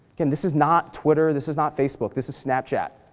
and this is not twitter, this is not facebook. this is snapchat,